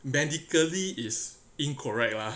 medically is incorrect lah